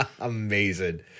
amazing